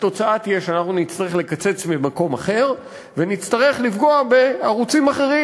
התוצאה תהיה שאנחנו נצטרך לקצץ במקום אחר ונצטרך לפגוע בערוצים אחרים,